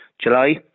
July